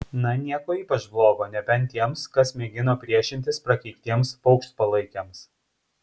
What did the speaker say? na nieko ypač blogo nebent tiems kas mėgino priešintis prakeiktiems paukštpalaikiams